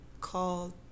called